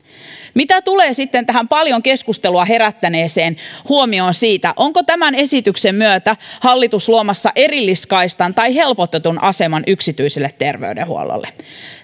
mitä tulee sitten tähän paljon keskustelua herättäneeseen huomioon siitä onko tämän esityksen myötä hallitus luomassa erilliskaistan tai helpotetun aseman yksityiselle terveydenhuollolle